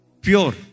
Pure